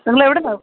നിങ്ങൾ എവിടുന്നാണ്